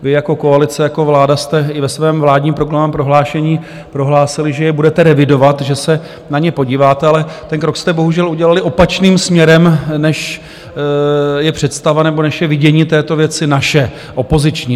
Vy jako koalice, jako vláda jste i ve svém vládním programovém prohlášení prohlásili, že je budete revidovat, že se na ně podíváte, ale ten krok jste bohužel udělali opačným směrem, než je představa nebo než je vidění této věci naše, opoziční.